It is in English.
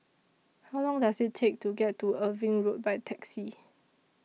How Long Does IT Take to get to Irving Road By Taxi